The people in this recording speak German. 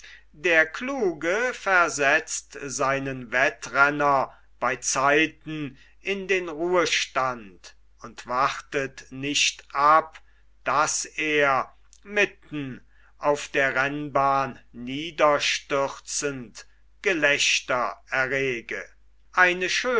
der kluge versetzt seinen wettrenner bei zeiten in den ruhestand und wartet nicht ab daß er mitten auf der rennbahn niederstürzend gelächter errege eine